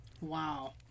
Wow